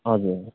हजुर